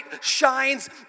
shines